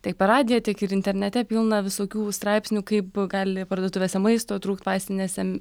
tiek per radiją tiek ir internete pilna visokių straipsnių kaip gali parduotuvėse maisto trūkt vaistinėse